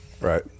Right